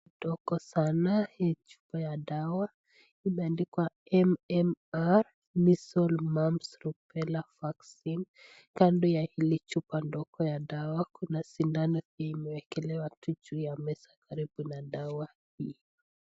Tuko sanaa hii chupa ya dawa, imeandikwa MMR Measels, Mumps Rubella vaccine kando ya hili chupa ndogo ya dawa, kuna sindano imwekelewa tu juu ya meza karibu na dawa hii.